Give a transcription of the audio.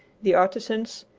the artisans,